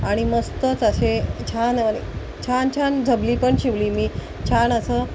आणि मस्तच असे छान छान छान झबली पण शिवली मी छान असं